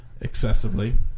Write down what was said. excessively